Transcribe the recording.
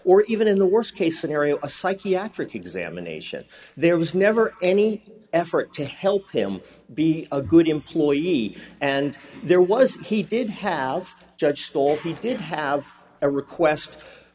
or even in the worst case scenario a psychiatric examination there was never any effort to help him be a good employee and there was he did have judged all he did have a request